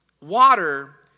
water